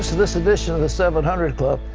this edition of the seven hundred club.